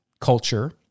culture